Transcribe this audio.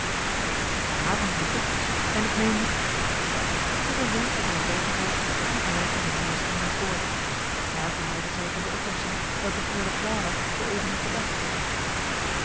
lieve en ik meende met een wenk dat hij zwijgen zou ging aleid hem in de huiskamer voor daar verhaalde zij van de oplossing welke freule clara zooeven had bedacht